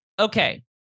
okay